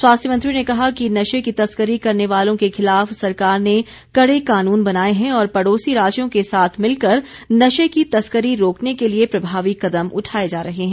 स्वास्थ्य मंत्री ने कहा कि नशे की तस्करी करने वालों के खिलाफ सरकार ने कड़े कानून बनाए हैं और पड़ोसी राज्यों के साथ मिलकर नशे की तस्करी रोकने के लिए प्रभावी कदम उठाए जा रहे हैं